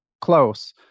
close